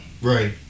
Right